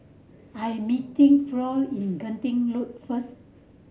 I am meeting Floyd in Genting Road first